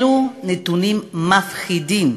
אלו נתונים מפחידים.